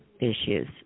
issues